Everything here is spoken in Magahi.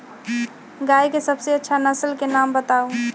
गाय के सबसे अच्छा नसल के नाम बताऊ?